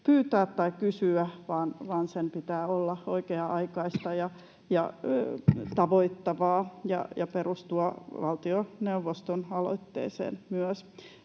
pyytää tai kysyä, eli sen pitää olla oikea-aikaista ja tavoittavaa ja myös perustua valtioneuvoston aloitteeseen.